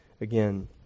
again